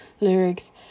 lyrics